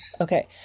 okay